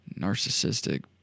Narcissistic